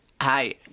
Hi